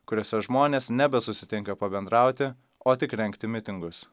kuriose žmonės nebesusitinka pabendrauti o tik rengti mitingus